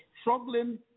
struggling